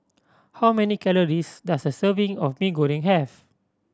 how many calories does a serving of Mee Goreng have